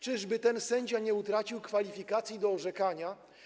Czyżby ten sędzia nie utracił kwalifikacji do orzekania?